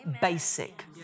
basic